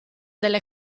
delle